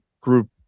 group